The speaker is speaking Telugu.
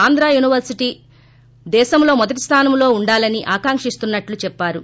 ఆంధ్ర యూనివర్పిటీ దేశంలో మొదటి స్దానంలో వుండాలని ఆకాంక్షిస్తున్నట్లు చెప్పారు